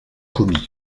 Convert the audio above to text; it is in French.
commis